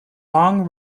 long